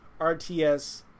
RTS